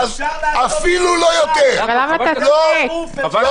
אני לא בתחרות אתך.